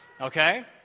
okay